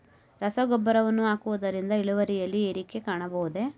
ರಸಗೊಬ್ಬರವನ್ನು ಹಾಕುವುದರಿಂದ ಇಳುವರಿಯಲ್ಲಿ ಏರಿಕೆ ಕಾಣಬಹುದೇ?